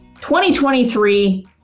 2023